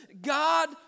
God